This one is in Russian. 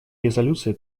резолюции